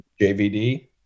JVD